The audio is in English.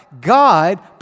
God